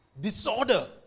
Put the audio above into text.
disorder